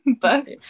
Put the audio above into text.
books